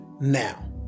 now